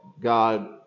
God